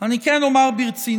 אני כן אומר ברצינות: